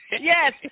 yes